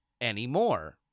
anymore